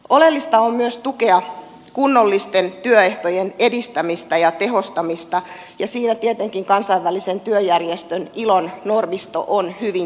oleellista on myös tukea kunnollisten työehtojen edistämistä ja tehostamista ja siinä tietenkin kansainvälisen työjärjestön ilon normisto on hyvin tärkeä